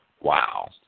Wow